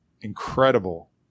incredible